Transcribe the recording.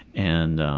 and